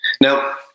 Now